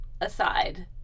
aside